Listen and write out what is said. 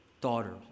daughter